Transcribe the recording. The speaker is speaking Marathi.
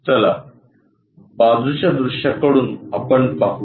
चला बाजूच्या दृश्याकडून आपण पाहू